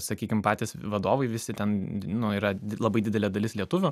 sakykim patys vadovai visi ten nu yra labai didelė dalis lietuvių